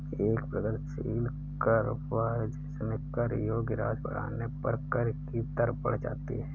एक प्रगतिशील कर वह है जिसमें कर योग्य राशि बढ़ने पर कर की दर बढ़ जाती है